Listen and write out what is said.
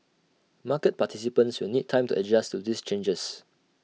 market participants will need time to adjust to these changes